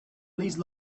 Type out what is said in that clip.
please